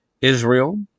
Israel